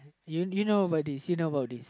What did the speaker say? you you know about this you know about this